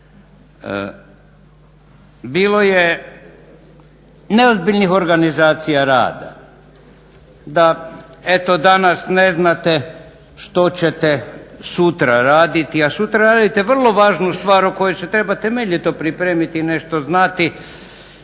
Bilo je neozbiljnih organizacija rada, da eto danas ne znate što ćete sutra raditi, a sutra radite vrlo važnu stvar o kojoj se treba temeljito pripremiti i nešto znati,